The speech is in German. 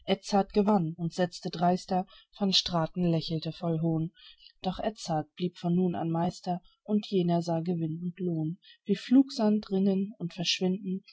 und setzte dreister van straten lächelte voll hohn doch edzard blieb von nun an meister und jener sah gewinn und lohn wie flugsand rinnen und verschwinden